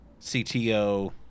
CTO